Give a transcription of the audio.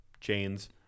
chains